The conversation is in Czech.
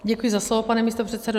Děkuji za slovo, pane místopředsedo.